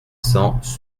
cents